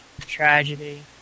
tragedy